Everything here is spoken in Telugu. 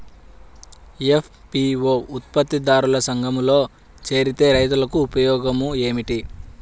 ఎఫ్.పీ.ఓ ఉత్పత్తి దారుల సంఘములో చేరితే రైతులకు ఉపయోగము ఏమిటి?